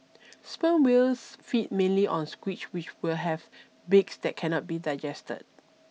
sperm whales feed mainly on squid which will have beaks that cannot be digested